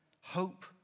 hope